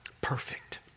Perfect